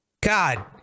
God